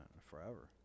forever